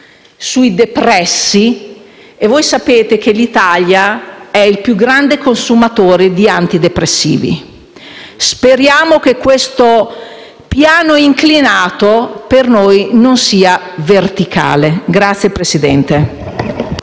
sui depressi, e voi sapete che l'Italia è il più grande consumatore di antidepressivi. Speriamo che questo piano inclinato per noi non sia verticale. *(Applausi